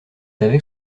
avec